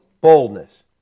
Boldness